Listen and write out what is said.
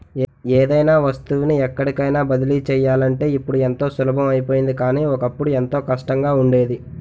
ఏదైనా వస్తువుని ఎక్కడికైన బదిలీ చెయ్యాలంటే ఇప్పుడు ఎంతో సులభం అయిపోయింది కానీ, ఒకప్పుడు ఎంతో కష్టంగా ఉండేది